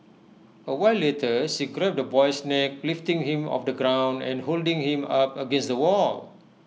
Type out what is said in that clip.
A while later she grabbed the boy's neck lifting him off the ground and holding him up against the wall